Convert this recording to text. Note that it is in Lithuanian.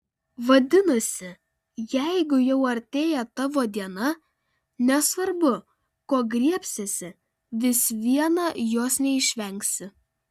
vadinasi jeigu jau artėja tavo diena nesvarbu ko griebsiesi vis viena jos neišvengsi